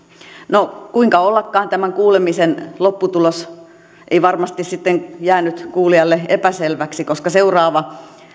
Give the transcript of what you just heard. no kuinka ollakaan tämän kuulemisen lopputulos ei varmasti sitten jäänyt kuulijalle epäselväksi koska seuraava